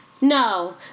No